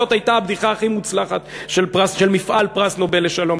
זאת הייתה הבדיחה הכי מוצלחת של מפעל פרס נובל לשלום.